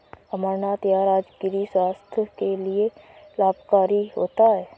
अमरनाथ या राजगिरा स्वास्थ्य के लिए लाभकारी होता है